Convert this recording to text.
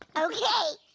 okay.